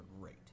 great